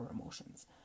emotions